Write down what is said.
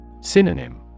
Synonym